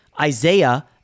Isaiah